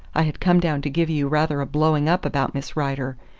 i had come down to give you rather a blowing up about miss rider.